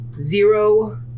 Zero